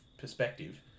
perspective